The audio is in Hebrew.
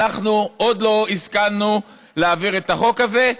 עוד לא השכלנו להעביר את החוק הזה.